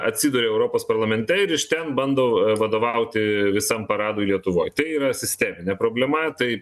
atsiduria europos parlamente ir iš ten bando vadovauti visam paradui lietuvoj tai yra sisteminė problema tai